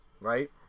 Right